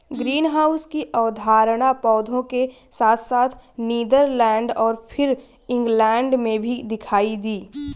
greenhouse की अवधारणा पौधों के साथ साथ नीदरलैंड और फिर इंग्लैंड में भी दिखाई दी